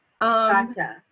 Gotcha